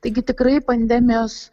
taigi tikrai pandemijos